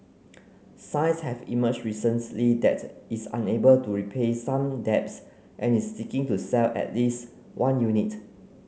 signs have emerged recently that it's unable to repay some debts and is seeking to sell at least one unit